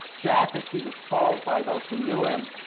jack, as he was called by those who knew him,